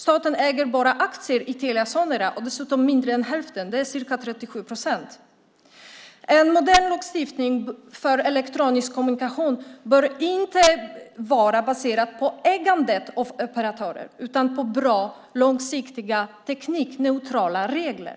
Staten äger bara aktier i Telia Sonera och dessutom mindre än hälften, ca 37 procent. En modern lagstiftning för elektronisk kommunikation bör inte vara baserad på ägandet av operatörer utan på bra, långsiktiga teknikneutrala regler.